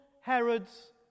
Herods